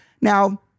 Now